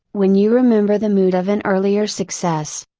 when you remember the mood of an earlier success.